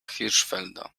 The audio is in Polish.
hirschfelda